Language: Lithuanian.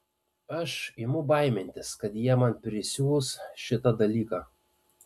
aš imu baimintis kad jie man prisiūs šitą dalyką